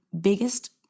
biggest